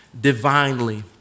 divinely